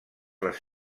les